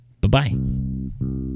Bye-bye